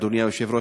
אדוני היושב-ראש,